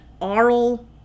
aural